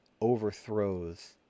overthrows